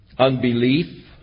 unbelief